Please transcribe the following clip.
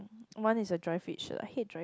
one is the dry fit shirt I hate dry